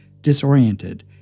disoriented